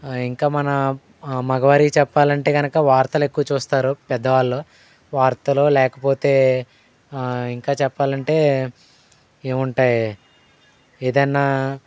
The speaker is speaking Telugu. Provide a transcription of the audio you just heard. ఇంకా మన మగవారికి చెప్పాలంటే గనక వార్తలు ఎక్కువ చూస్తారు పెద్దవాళ్ళు వార్తలో లేకపోతే ఇంకా చెప్పాలంటే ఏముంటాయి ఏదన్నా